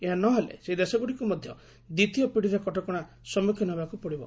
ଏହା ନ ହେଲେ ସେହି ଦେଶଗୁଡ଼ିକୁ ମଧ୍ୟ ଦ୍ୱିତୀୟ ପିଢ଼ିର କଟକଣା ସମ୍ମୁଖୀନ ହେବାକୁ ପଡ଼ିବ